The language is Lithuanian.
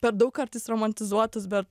per daug kartais romantizuotus bet